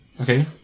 Okay